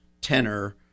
tenor